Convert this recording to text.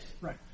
Right